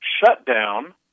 shutdown